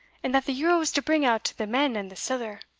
and that the yerl was to bring out the men and the siller.